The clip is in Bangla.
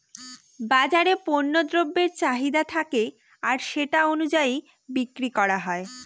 বাজারে পণ্য দ্রব্যের চাহিদা থাকে আর সেটা অনুযায়ী বিক্রি করা হয়